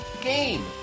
game